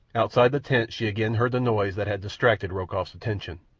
outside the tent she again heard the noise that had distracted rokoff's attention.